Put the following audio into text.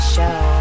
Show